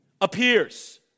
appears